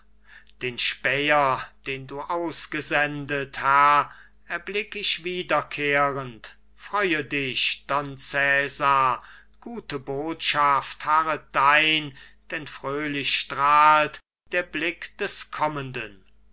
den späher den du ausgesendet herr erblick ich wiederkehrend freue dich don cesar gute botschaft harret dein denn fröhlich strahlt der blick des kommenden